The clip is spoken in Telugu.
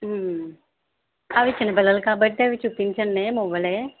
అవి చిన్న పిల్లలకి కాబట్టి అవి చూపించండీ మువ్వలే